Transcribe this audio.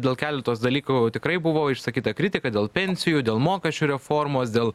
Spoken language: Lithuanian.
dėl keletos dalykų tikrai buvo išsakyta kritika dėl pensijų dėl mokesčių reformos dėl